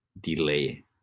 Delay